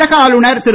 தமிழக ஆளுநர் திரு